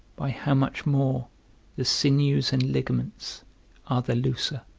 by how much more the sinews and ligaments are the looser.